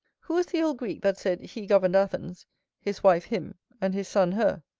who was the old greek, that said, he governed athens his wife, him and his son, her?